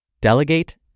delegate